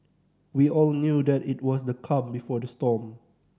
we all knew that it was the calm before the storm